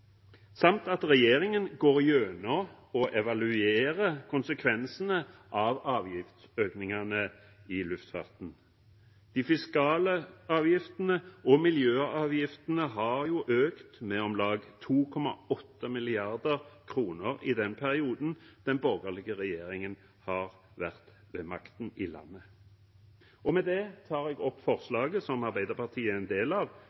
samt at regjeringen går gjennom og evaluerer konsekvensene av avgiftsøkningene i luftfarten. De fiskale avgiftene og miljøavgiftene har jo økt med om lag 2,8 mrd. kr i den perioden som den borgerlige regjeringen har vært ved makten i landet. Med det tar jeg opp forslaget som Arbeiderpartiet er en del av,